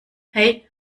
hey